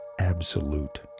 absolute